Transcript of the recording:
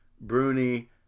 Bruni